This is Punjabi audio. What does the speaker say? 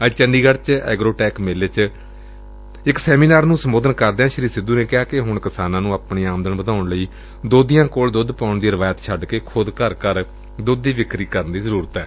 ਅੱਜ ਚੰਡੀਗੜੁ ਚ ਐਗਰੋ ਟੈਕ ਮੇਲੇ ਚ ਇਕ ਸੈਮੀਨਾਰ ਨੂੰ ਸੰਬੋਧਨ ਕਰਦਿਆਂ ਸ੍ਰੀ ਸਿੱਧੂ ਨੇ ਕਿਹਾ ਕਿ ਹੁਣ ਕਿਸਾਨਾਂ ਨੂੰ ਆਪਣੀ ਆਮਦਨ ਵਧਾਉਣ ਲਈ ਦੋਧੀਆਂ ਕੋਲ ਦੁੱਧ ਪਾਉਣ ਦੀ ਰਵਾਇਤ ਛੱਡ ਕੇ ਖੁਦ ਘਰ ਘਰ ਦੁੱਧ ਦੀ ਵਿਕਰੀ ਕਰਨ ਦੀ ਜ਼ਰੁਰਤ ਏ